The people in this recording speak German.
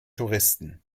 touristen